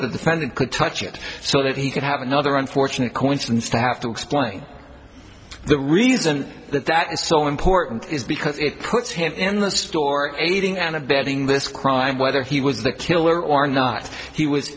defendant could touch it so that he could have another unfortunate coincidence to have to explain the reason that is so important because it puts him in the store aiding and abetting this crime whether he was the killer or not he was